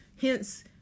Hence